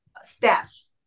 steps